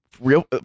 real